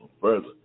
further